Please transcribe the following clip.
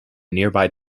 nearby